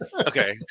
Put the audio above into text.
Okay